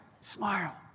smile